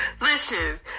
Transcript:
listen